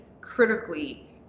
critically